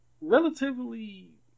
relatively